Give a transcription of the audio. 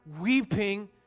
weeping